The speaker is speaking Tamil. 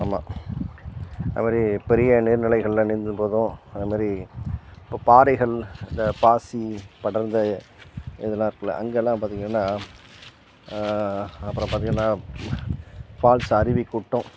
ஆமாம் அது மாதிரி பெரிய நீர்நிலைகள்ல நீந்தும்போதும் அது மாதிரி இப்போப் பாறைகள் இந்த பாசி படர்ந்த இதெல்லாம் இருக்குதுல்ல அங்கெல்லாம் பார்த்தீங்கன்னா அப்புறம் பார்த்தீங்கன்னா ஃபால்ஸ் அருவி கொட்டும்